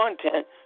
content